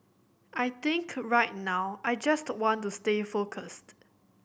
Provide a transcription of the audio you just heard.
I think right now I just want to stay focused